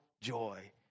joy